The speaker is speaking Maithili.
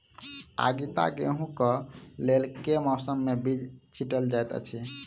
आगिता गेंहूँ कऽ लेल केँ मौसम मे बीज छिटल जाइत अछि?